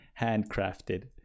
handcrafted